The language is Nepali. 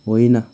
होइन